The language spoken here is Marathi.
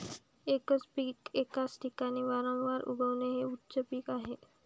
एकच पीक एकाच ठिकाणी वारंवार उगवणे हे उच्च पीक आहे